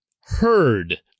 heard